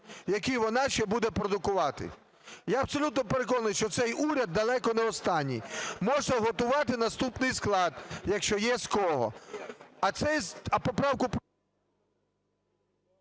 які вона ще буде продукувати? Я абсолютно переконаний, що цей уряд далеко не останній. Можете готувати наступний склад, якщо є з кого. А поправку…